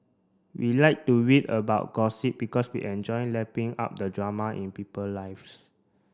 we like to read about gossip because we enjoy lapping up the drama in people lives